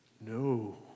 no